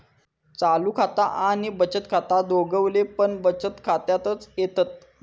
चालू खाता आणि बचत खाता दोघवले पण बचत खात्यातच येतत